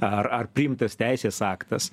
ar ar priimtas teisės aktas